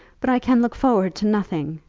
but i can look forward to nothing.